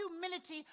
humility